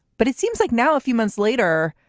but it seems like now, a few months later,